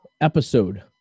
episode